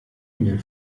mail